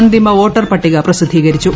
അന്തിമ വോട്ടാർ പട്ടിക് പ്രസിദ്ധീകരിച്ചു